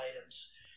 items